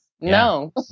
no